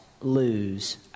lose